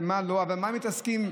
ובמה מתעסקים?